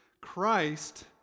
Christ